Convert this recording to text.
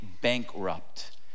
bankrupt